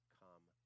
come